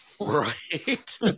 right